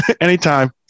Anytime